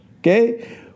Okay